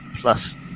plus